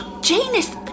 Janus